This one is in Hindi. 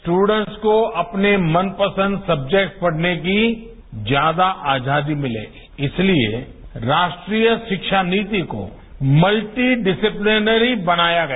स्ट्रडेंट्स को अपने मनपसंद सब्जेक्ट पढ़ने की ज्यादा आजादी मिले इसलिए राष्ट्रीय शिक्षा नीति को मल्टी डिसीलेपनरी बनाया गया